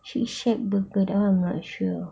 shake shack burger that one I'm not sure